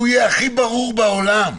שהוא יהיה הכי ברור בעולם.